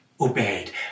obeyed